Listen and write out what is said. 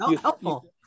helpful